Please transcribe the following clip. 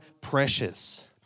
precious